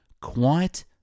quiet